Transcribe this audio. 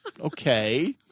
okay